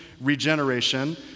regeneration